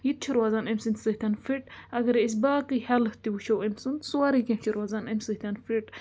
یہِ تہِ چھُ روزان أمۍ سٕنٛدۍ سۭتۍ فِٹ اَگرَے أسۍ باقٕے ہٮ۪لٕتھ تہِ وٕچھو أمۍ سُنٛد سورٕے کیٚنٛہہ چھِ روزان اَمۍ سۭتۍ فِٹ